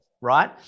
right